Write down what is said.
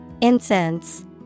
Incense